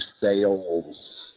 sales